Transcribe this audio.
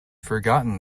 forgotten